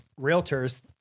realtors –